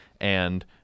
and-